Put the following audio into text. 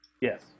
Yes